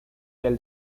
del